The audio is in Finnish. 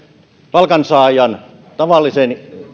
palkansaajan tavallisen